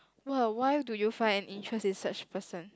well why do you find an interest in such person